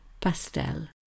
pastel